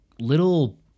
little